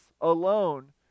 alone